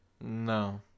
No